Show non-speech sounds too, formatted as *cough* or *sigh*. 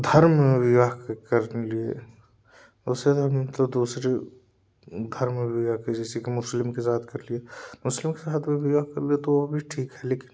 धर्म विवाह के कर लिए तो *unintelligible* दूसरी घर में विवाह जी जैसेकि मुस्लिम के साथ कर लिए मुस्लिम के साथ विवाह कर लिए तो वह भी ठीक है लेकिन